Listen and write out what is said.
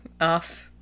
off-